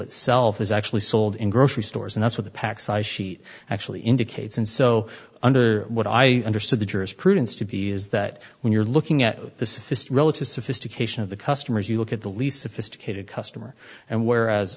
itself is actually sold in grocery stores and that's what the pack size sheet actually indicates and so under what i understood the jurisprudence to be is that when you're looking at the sophist relative sophistication of the customers you look at the least sophisticated customer and whereas